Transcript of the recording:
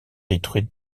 détruite